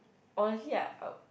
honestly I I